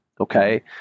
Okay